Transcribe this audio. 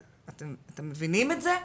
אתם מבינים את זה?